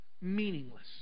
Meaningless